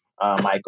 Michael